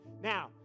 Now